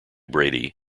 brady